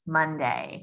Monday